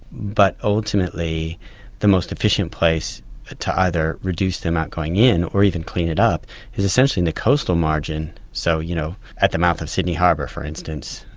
but ultimately the most efficient place to either reduce the amount going in or even clean it up is essentially in the coastal margin, so you know at the mouth of sydney harbour for instance,